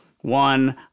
one